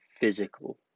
physical